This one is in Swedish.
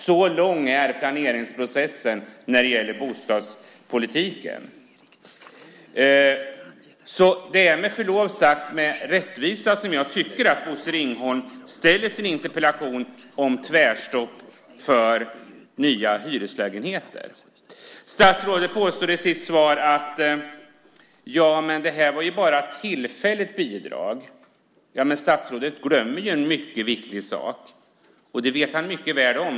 Så lång är planeringsprocessen när det gäller bostadspolitiken. Det är med förlov sagt så att jag tycker att det är med rättvisan på sin sida som Bosse Ringholm ställer sin interpellation om tvärstopp för nya hyreslägenheter. Statsrådet påstår i sitt svar att det här bara var ett tillfälligt bidrag. Ja, men statsrådet glömmer ju en mycket viktig sak, och det vet han mycket väl om.